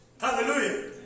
Hallelujah